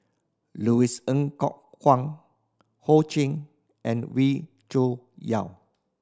Louis Ng Kok Kwang Ho Ching and Wee Cho Yaw